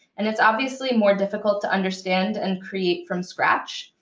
and it's obviously more difficult to understand and create from scratch.